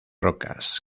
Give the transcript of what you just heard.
rocas